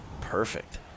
perfect